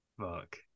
Fuck